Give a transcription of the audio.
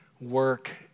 work